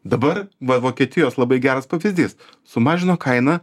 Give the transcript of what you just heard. dabar va vokietijos labai geras pavyzdys sumažino kainą